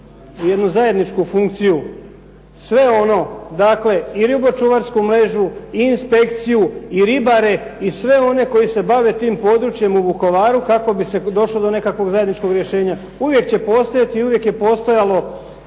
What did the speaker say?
jednu zajedničku funkciju, sve ono dakle i ribočuvarsku mrežu i inspekciju i ribare i sve one koji se bave tim područjem u Vukovaru kako bi se došlo do nekakvog zajedničkog rješenja. Uvijek će postojati i uvijek je postojalo